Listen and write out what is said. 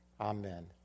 Amen